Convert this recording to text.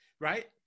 right